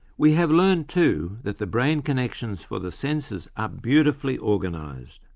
we have learned too that the brain connections for the senses are beautifully organised.